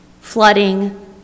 flooding